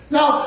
Now